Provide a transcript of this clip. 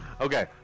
Okay